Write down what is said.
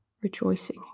rejoicing